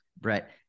Brett